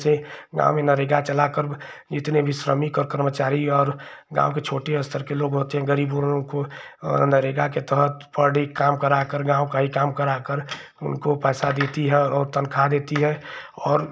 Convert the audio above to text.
गाँव में नरेगा चलाकर जितने भी श्रमिक और कर्मचारी और गाँव के छोटे अस्तर के लोग होते हैं गरीब बूढ़ों को नरेगा के तहत पर डे काम कराकर गाँव का ही काम कराकर उनको पैसा देती है और तनख्वाह देती है और